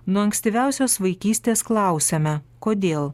nuo ankstyviausios vaikystės klausiame kodėl